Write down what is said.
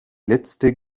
letzte